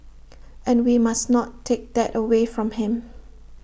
and we must not take that away from him